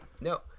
no